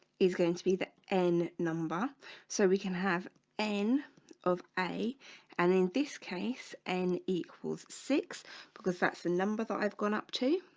is going to be the n number so we can have n of a and in this case n? equals six because that's the and number that i've gone up to